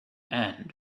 and